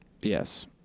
yes